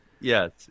Yes